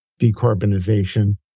decarbonization